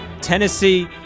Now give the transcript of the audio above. tennessee